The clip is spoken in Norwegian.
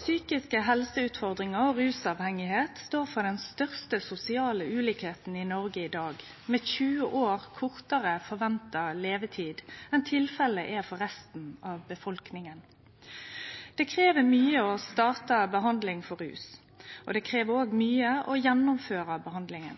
Psykiske helseutfordringar og rusmisbruk står for den største sosiale ulikskapen i Noreg i dag, med 20 år kortare forventa levetid enn tilfellet er for resten av befolkninga. Det krev mykje å starte behandling for rus, det krev også mykje å gjennomføre behandlinga.